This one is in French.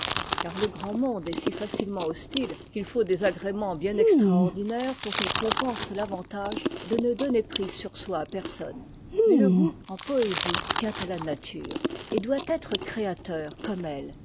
car le grand monde est si facilement hostile qu'il faut des agréments bien extraordinaires pour qu'ils compensent l'avantage de ne donner prise sur soi à personne mais le goût en poésie tient à la nature et doit être créateur comme elle